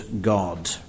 God